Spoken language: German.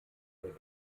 der